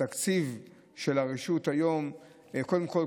קודם כול,